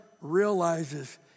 realizes